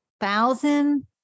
thousand